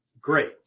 Great